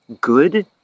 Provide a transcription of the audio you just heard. good